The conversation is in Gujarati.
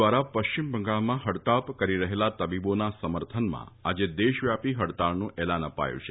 દ્વારા પશ્ચિમ બંગાળમાં હડતાલ કરી રહેલા તબીબોના સમર્થનમાં આજે દેશવ્યાપી હડતાલનું એલાન અપાયું છે